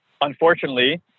unfortunately